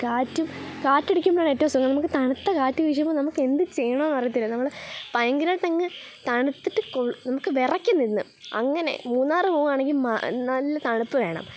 കാറ്റും കാറ്റ് അടിക്കുമ്പോഴാണ് ഏറ്റവും സുഖം നമുക്ക് തണുത്ത കാറ്റ് വീശുമ്പോൾ നമുക്ക് എന്ത് ചെയ്യണം എന്നറിയില്ല നമ്മൾ ഭയങ്കരമായിട്ട് അങ്ങ് തണുത്തിട്ട് കൊ നമുക്ക് വിറയ്ക്കും നിന്ന് അങ്ങനെ മൂന്നാർ പോവുവാണെങ്കിൽ മ നല്ല തണുപ്പ് വേണം